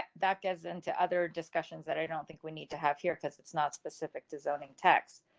that gets into other discussions that i don't think we need to have here because it's not specific designing texts.